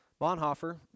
Bonhoeffer